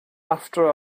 after